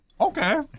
Okay